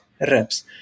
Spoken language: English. reps